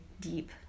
deep